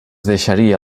deixaria